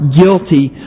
guilty